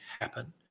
happen